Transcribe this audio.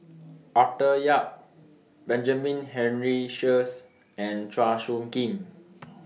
Arthur Yap Benjamin Henry Sheares and Chua Soo Khim